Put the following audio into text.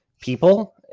people